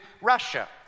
Russia